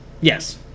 yes